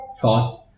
thoughts